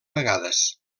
vegades